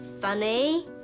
funny